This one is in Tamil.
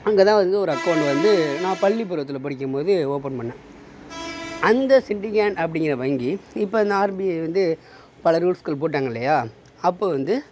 அங்கே தான் வந்து ஒரு அக்கௌண்ட் வந்து நான் பள்ளிப் பருவத்தில் படிக்கும்போது ஓப்பன் பண்ணேன் அந்த சிண்டிகேட் அப்படிங்கிற வங்கி இப்போ இந்த ஆர்பிஐ வந்து பல ரூல்ஸ்கள் போட்டாங்க இல்லையா அப்போது வந்து